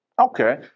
Okay